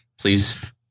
Please